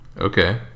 Okay